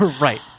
Right